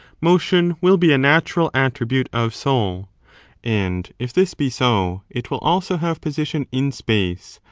motion will be a natural attribute of soul and, if this be so, it will also have position in space,